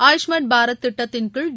ஆயுஷ்மான் பாரத் திட்டத்தின்கீழ்